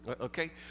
Okay